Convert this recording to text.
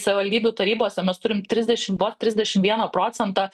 savivaldybių tarybose mes turim trisdešim mo trisdešim vieną procentą